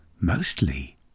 Mostly